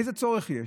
איזה צורך יש?